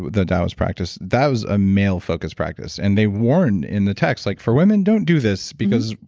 the taoist practice, that was a male-focused practice and they warned in the text like for women, don't do this because.